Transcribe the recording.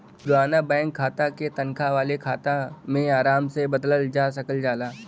पुराना बैंक खाता क तनखा वाले खाता में आराम से बदलल जा सकल जाला